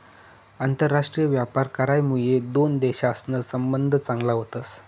आंतरराष्ट्रीय व्यापार करामुये दोन देशसना संबंध चांगला व्हतस